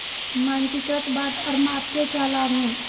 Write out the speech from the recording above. मानकीकृत बाट और माप के क्या लाभ हैं?